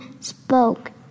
spoke